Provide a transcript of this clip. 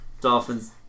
dolphins